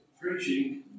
preaching